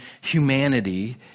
humanity